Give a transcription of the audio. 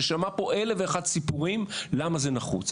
ששמע פה אלף ואחד סיפורים למה זה נחוץ.